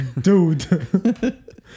Dude